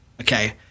okay